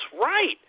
right